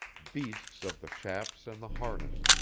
beasts of the shafts and the harness,